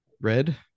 red